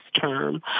term